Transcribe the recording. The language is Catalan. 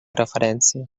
referència